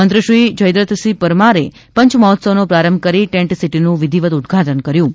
મંત્રી શ્રી જયદ્રથસિંહ પરમારે પંચમહોત્સવનો પ્રારંભ કરી ટેન્ટસીટીનું વિધિવત ઉદ્દઘાટન કર્યું હતુ